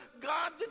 God